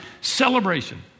celebration